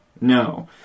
No